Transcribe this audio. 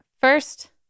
First